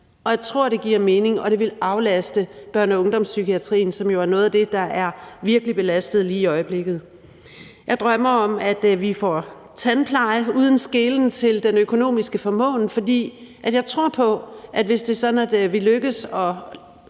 Jeg tror, det giver mening og det ville aflaste børne- og ungdomspsykiatrien, som jo er noget af det, der virkelig er belastet lige i øjeblikket. Jeg drømmer om, at vi får tandpleje uden skelen til den økonomiske formåen, for jeg tror på, at hvis det er sådan, at vi lykkes med